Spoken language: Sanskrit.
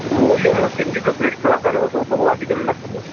मूल्यं किञ्चित् दृष्ट्वा करोतु बहु अधिकं न करोतु